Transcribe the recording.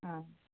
अ